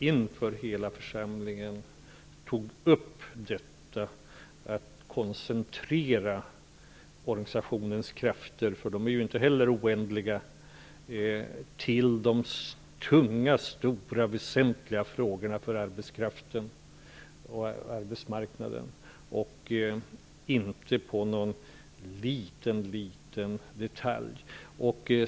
Inför hela församlingen tog jag upp frågan om att koncentrera organisationens krafter -- de är inte heller oändliga -- till de stora, tunga och väsentliga frågorna för arbetskraften och arbetsmarknaden och inte på någon liten detalj.